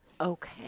Okay